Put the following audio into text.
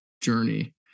journey